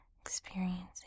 experiencing